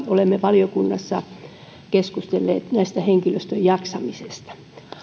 olemme valiokunnassa keskustelleet tästä henkilöstön jaksamisesta